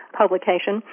publication